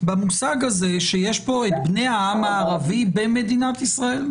בזה שיש את בני העם הערבי במדינת ישראל.